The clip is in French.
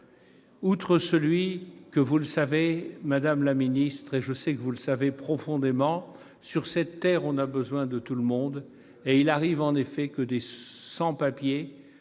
faire, d'après vous ? Je sais, madame la ministre, que vous le savez profondément : sur cette terre, on a besoin de tout le monde. Et il arrive en effet que des sans-papiers,